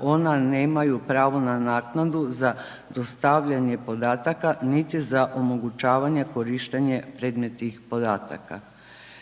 ona nemaju pravo na naknadu za dostavljanje podataka, niti za omogućavanje korištenje predmetnih podataka.